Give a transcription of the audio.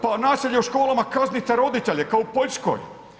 Pa nasilje u školama, kaznite roditelje, kao u Poljskoj.